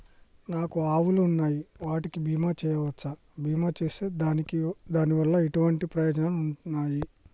నాకు ఆవులు ఉన్నాయి వాటికి బీమా చెయ్యవచ్చా? బీమా చేస్తే దాని వల్ల ఎటువంటి ప్రయోజనాలు ఉన్నాయి?